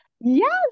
Yes